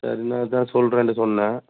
சரின்னு அதுதான் சொல்கிறேன்னு சொன்னேன்